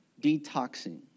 detoxing